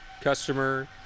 customer